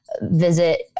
visit